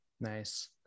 Nice